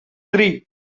three